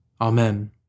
Amen